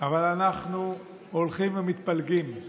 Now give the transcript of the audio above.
אבל אנחנו הולכים ומתפלגים.